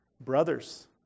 Brothers